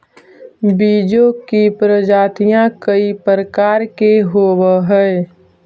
बीजों की प्रजातियां कई प्रकार के होवअ हई